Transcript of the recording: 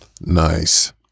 nice